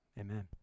amen